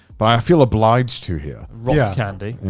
but i feel obliged to here. rock candy. and